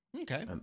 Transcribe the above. Okay